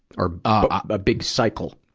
or a big cycle?